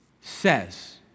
says